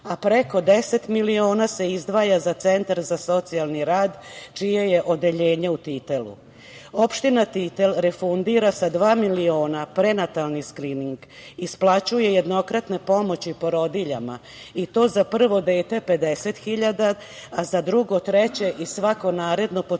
a preko 10 miliona se izdvaja za Centar za socijalni rad čije je odeljenje u Titelu. Opština Titel refundira sa dva miliona prenatalni skrining, isplaćuje jednokratne pomoći porodiljama i to za prvo dete 50 hiljada, a za drugo, treće i svako naredno po